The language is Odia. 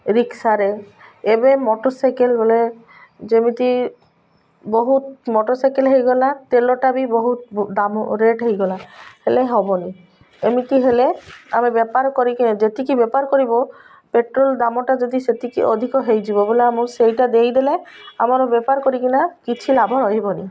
ରିକ୍ସାରେ ଏବେ ମଟରସାଇକେଲ୍ ବୋଲେ ଯେମିତି ବହୁତ ମଟରସାଇକେଲ୍ ହୋଇଗଲା ତେଲଟା ବି ବହୁତ ଦାମ୍ ରେଟ୍ ହୋଇଗଲା ହେଲେ ହେବନି ଏମିତି ହେଲେ ଆମେ ବେପାର କରିକିନା ଯେତିକି ବେପାର କରିବ ପେଟ୍ରୋଲ୍ ଦାମ୍ଟା ଯଦି ସେତିକି ଅଧିକ ହୋଇଯିବ ବୋଲେ ଆମକୁ ସେଇଟା ଦେଇଦେଲେ ଆମର ବେପାର କରିକିନା କିଛି ଲାଭ ରହିବନି